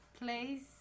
Place